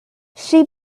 she